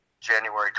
January